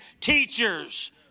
teachers